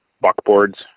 buckboards